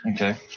Okay